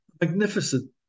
Magnificent